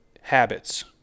habits